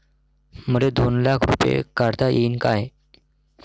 मले दोन लाख रूपे काढता येईन काय?